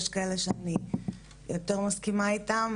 יש כאלה שאני יותר מסכימה איתם,